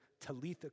talitha